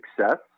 success